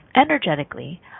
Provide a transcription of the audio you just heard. energetically